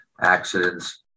accidents